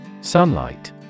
Sunlight